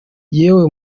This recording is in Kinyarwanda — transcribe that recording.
yewe